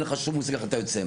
אין לך שום מושג איך אתה יוצא.